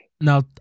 Now